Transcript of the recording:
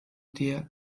der